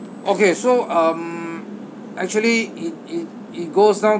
okay so um actually it it it goes down